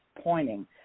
pointing